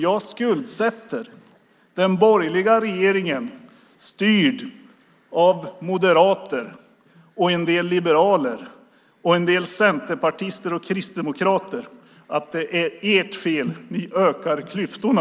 Jag skuldsätter den borgerliga regeringen styrd av moderater, en del liberaler, en del centerpartister och kristdemokrater. Det är ert fel. Ni ökar klyftorna.